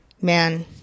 Man